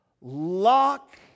Lock